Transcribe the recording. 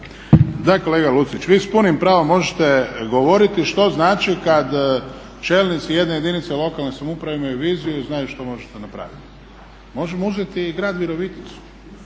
Da kolega Lucić, vi s punim pravom možete govoriti što znači kad čelnici jedne jedinice lokalne samouprave imaju viziju i znaju što možete napraviti. Možemo uzeti i grad Viroviticu.